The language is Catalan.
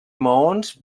maons